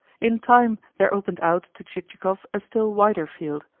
in time there opened out to chichikov a still wider field,